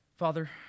Father